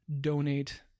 donate